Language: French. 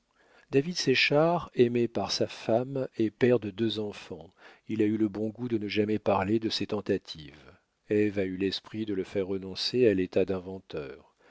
david séchard aimé par sa femme est père de deux enfants il a eu le bon goût de ne jamais parler de ses tentatives ève a eu l'esprit de le faire renoncer à l'état d'inventeur